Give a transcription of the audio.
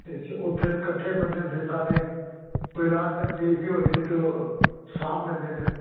ਅਤੇ ਸ ਉੱਥੇ ਇਕੱਠੇ ਬੰਦੇ ਹੁੰਦੇ ਸਾਰੇ ਕੋਈ ਰਾਹ 'ਚ ਤਕਲੀਫ ਹੀ ਹੋ ਜੇ ਅਤੇ ਉਹ ਸਾਂਭ ਲੈਂਦੇ ਨੇ